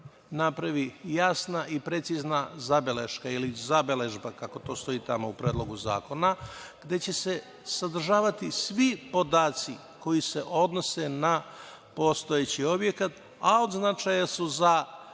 napravi jasna i precizna zabeleška ili zabeležba, kako to stoji tamo u predlogu zakona, gde će se sadržati svi podaci koji se odnose na postojeći objekat, a od značaja su za